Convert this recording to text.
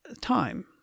time